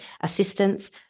assistance